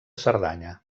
cerdanya